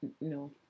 no